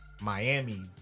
Miami